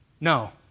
No